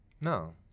No